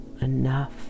enough